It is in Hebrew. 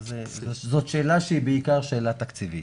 זאת שאלה שהיא בעיקר שאלה תקציבית.